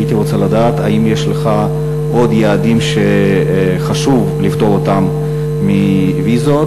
הייתי רוצה לדעת האם יש לך עוד יעדים שחשוב לפטור אותם מוויזות.